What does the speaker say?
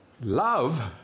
love